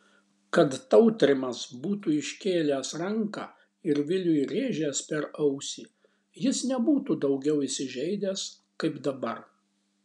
kad tautrimas būtų iškėlęs ranką ir viliui rėžęs per ausį jis nebūtų daugiau įsižeidęs kaip dabar